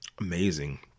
amazing